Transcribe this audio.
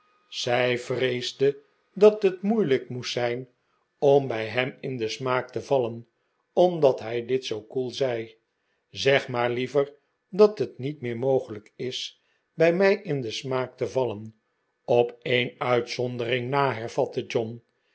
zij vreesde dat het moeilijk moest zijn om bij hem in den smaak te vallen omdat hij dit zoo koel zei zeg maar liever dat het niet meer mogelijk is bij mij in den smaak te vallen op een uitzondering na hervatte john